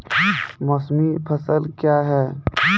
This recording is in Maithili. मौसमी फसल क्या हैं?